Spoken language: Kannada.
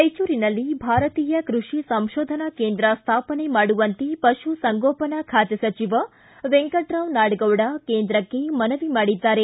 ರಾಯಚೂರಿನಲ್ಲಿ ಭಾರತೀಯ ಕೃಷಿ ಸಂಶೋಧನಾ ಕೇಂದ್ರ ಸ್ಥಾಪನೆ ಮಾಡುವಂತೆ ಪಶುಸಂಗೋಪನಾ ಖಾತೆ ಸಚಿವ ವೆಂಕಟರಾವ್ ನಾಡಗೌಡ ಕೇಂದ್ರಕ್ಕೆ ಮನವಿ ಮಾಡಿದ್ದಾರೆ